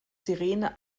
sirene